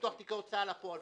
לפתוח תיקי הוצאה לפועל.